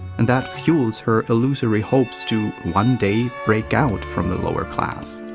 and that fuels her illusory hopes to, one day, break out from the lower class.